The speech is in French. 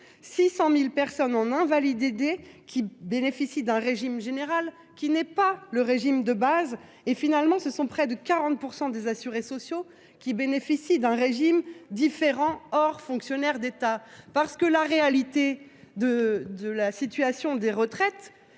600 000 personnes en invalidité bénéficient d'un régime général qui n'est pas le régime de base. Finalement, ce sont près de 40 % des assurés sociaux qui bénéficient d'un régime différent, hors fonctionnaires d'État. La réalité de la situation des retraites